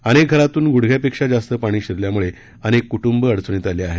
अनेक घरातून गुडघ्यापेक्षा जास्त पाणी शिरल्यामुळे अनेक क्टुंबे अडचणीत आली आहेत